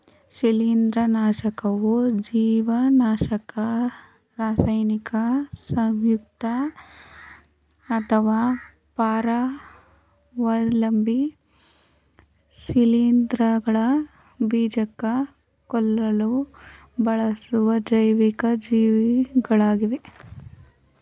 ಶಿಲೀಂಧ್ರನಾಶಕವು ಜೀವನಾಶಕ ರಾಸಾಯನಿಕ ಸಂಯುಕ್ತ ಅಥವಾ ಪರಾವಲಂಬಿ ಶಿಲೀಂಧ್ರಗಳ ಬೀಜಕ ಕೊಲ್ಲಲು ಬಳಸುವ ಜೈವಿಕ ಜೀವಿಗಳಾಗಿವೆ